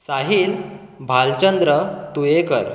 Sahil Bhalchandra Tuyenkar